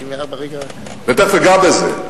ותיכף אגע בזה,